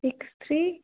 six three